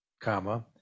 comma